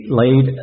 laid